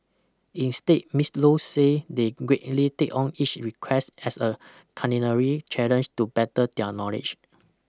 instead Miss Low say they greatly take on each request as a culinary challenge to better their knowledge